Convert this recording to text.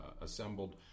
assembled